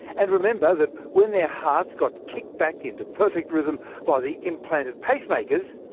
and remember, that when their hearts got kicked back into perfect rhythm by the implanted pacemakers,